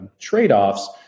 trade-offs